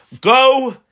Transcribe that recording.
Go